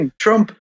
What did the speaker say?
Trump